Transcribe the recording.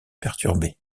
perturbé